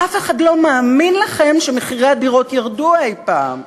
אף אחד לא מאמין לכם שמחירי הדירות ירדו אי-פעם.